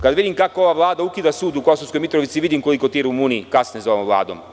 Kada vidim kako ova vlada ukida sud Kosovskoj Mitrovici, vidim koliko ti Rumuni kasne za ovom Vladom.